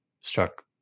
struck